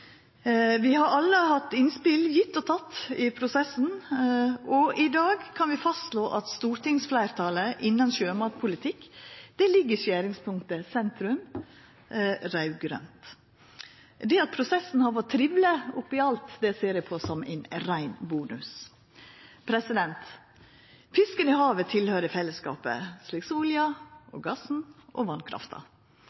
Vi har alle hatt innspel – gjeve og teke – i prosessen, og i dag kan vi slå fast at stortingsfleirtalet innan sjømatpolitikk ligg i skjeringspunktet sentrum/raud-grønt. Det at prosessen har vore triveleg oppi alt, ser eg på som ein rein bonus! Fisken i havet høyrer til fellesskapet, slik